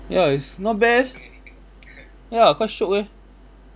ya it's not bad eh ya quite shiok eh